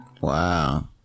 Wow